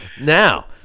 Now